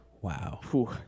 Wow